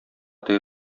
теге